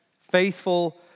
faithful